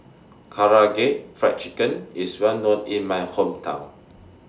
Karaage Fried Chicken IS Well known in My Hometown